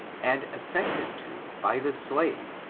and assented to by the slave,